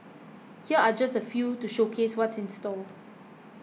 here are just a few to showcase what's in store